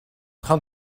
train